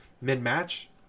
mid-match